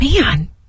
Man